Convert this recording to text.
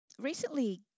Recently